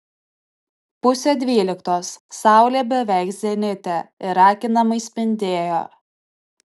pusė dvyliktos saulė beveik zenite ir akinamai spindėjo